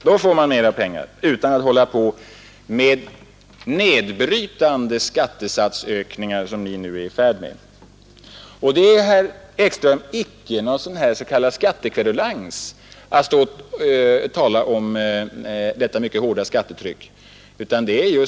Då får man mera pengar utan sådana nedbrytande skattesatsökningar som ni nu är i färd med att göra. Det är inte heller, herr Ekström, någon skattekverulans att tala om detta mycket hårda skattetryck.